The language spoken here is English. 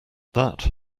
that